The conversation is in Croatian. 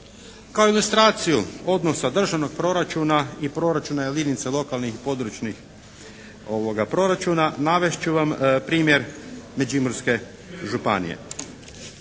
Kao ilustraciju odnosa državnog proračuna i proračuna jedinica lokalnih i područnih proračuna navest ću vam primjer Međimurske županije.